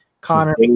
Connor